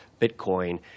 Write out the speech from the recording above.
Bitcoin